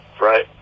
Right